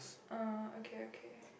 uh okay okay